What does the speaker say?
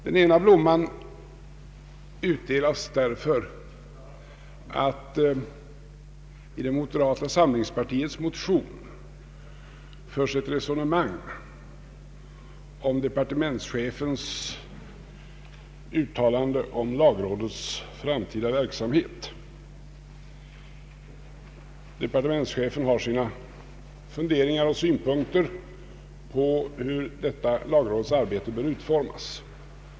Den ena blomman utdelas i anslutning till att i det moderata samlingspartiets motion förs ett resonemang om departementschefens uttalande rörande lagrådets framtida verksamhet. Departementschefen har sina funderingar och synpunkter på hur detta lagrådets arbete bör utformas.